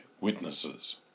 witnesses